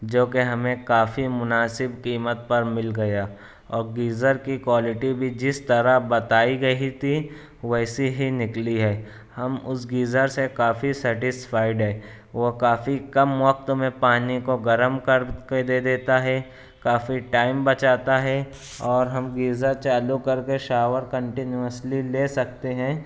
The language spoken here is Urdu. جوکہ ہمیں کافی مناسب قیمت پر مل گیا اور گیزر کی کوائلٹی بھی جس طرح بتائی گئی تھی ویسی ہی نکلی ہے ہم اس گیزر سے کافی سٹیسفائیڈ ہیں وہ کافی کم وقت میں پانی کو گرم کر کے دے دیتا ہے کافی ٹائم بچاتا ہے اور ہم گیزر چالو کر کے شاور کنٹینیوسلی لے سکتے ہیں